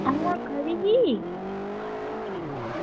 अं'ऊ आक्खा दी ही